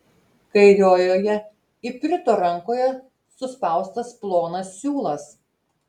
kairiojoje iprito rankoje suspaustas plonas siūlas